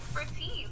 expertise